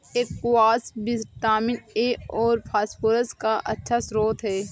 squash vitamin A और phosphorus का अच्छा श्रोत है